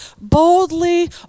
boldly